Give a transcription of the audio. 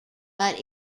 but